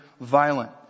violent